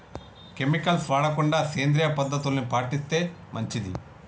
chemicals వాడకుండా సేంద్రియ పద్ధతుల్ని పాటిస్తే మంచిది